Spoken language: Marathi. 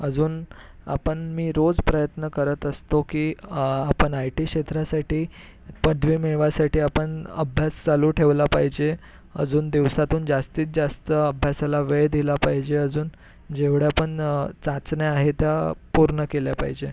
अजून आपण मी रोज प्रयत्न करत असतो की आपण आय टी क्षेत्रासाठी पदवी मिळवायसाठी आपण अभ्यास चालू ठेवला पाहिजे अजून दिवसातून जास्तीत जास्त अभ्यासाला वेळ दिला पाहिजे अजून जेवढ्या पण चाचण्या आहे त्या पूर्ण केल्या पाहिजे